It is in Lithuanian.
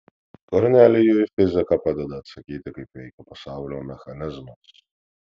kornelijui fizika padeda atsakyti kaip veikia pasaulio mechanizmas